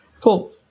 Cool